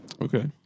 Okay